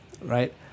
right